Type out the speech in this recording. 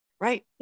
Right